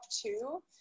two